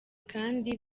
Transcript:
kandi